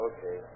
Okay